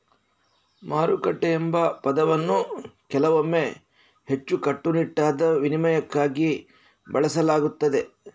ಮಾರುಕಟ್ಟೆ ಎಂಬ ಪದವನ್ನು ಕೆಲವೊಮ್ಮೆ ಹೆಚ್ಚು ಕಟ್ಟುನಿಟ್ಟಾದ ವಿನಿಮಯಕ್ಕಾಗಿ ಬಳಸಲಾಗುತ್ತದೆ